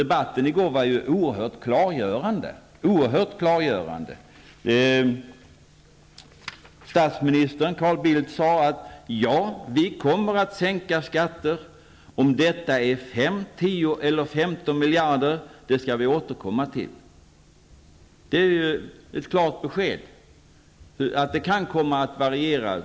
Debatten i går var nämligen oerhört klargörande. Statsminister Carl Bildt sade: Ja, vi kommer att sänka skatter. Om detta är 5, 10 eller 15 miljarder kronor skall vi återkomma till. Det är ett klart besked. Nivån kan alltså komma att variera.